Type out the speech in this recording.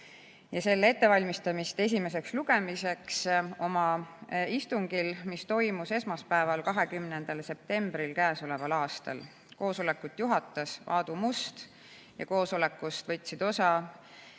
ja selle ettevalmistamist esimeseks lugemiseks oma istungil, mis toimus esmaspäeval, 20. septembril k.a. Koosolekut juhatas Aadu Must. Koosolekust võtsid osa